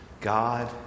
God